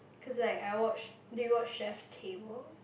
cause like I watch do you watch Chef Table